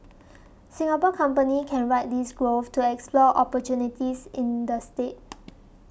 Singapore companies can ride this growth to explore opportunities in the state